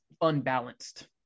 unbalanced